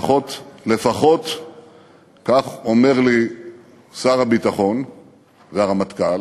לפחות כך אומרים לי שר הביטחון והרמטכ"ל,